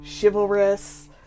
chivalrous